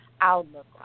outlook